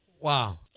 Wow